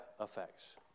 effects